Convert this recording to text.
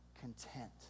content